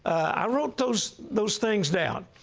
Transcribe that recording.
i wrote those those things down.